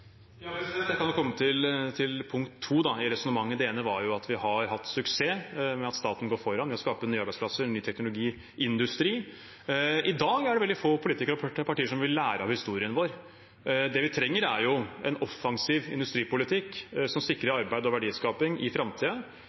Jeg kan komme til punkt to i resonnementet. Det ene var at vi har hatt suksess med at staten går foran med å skape nye arbeidsplasser, ny teknologiindustri. I dag er det veldig få politikere og partier som vil lære av historien vår. Det vi trenger, er en offensiv industripolitikk som sikrer arbeid og verdiskaping i